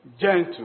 gentle